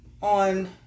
on